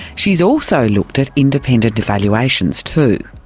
she's also looked at independent evaluations too.